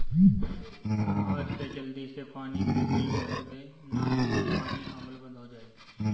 आज तअ जल्दी से पानी के बिल भर दअ नाही तअ पानी आवल बंद हो जाई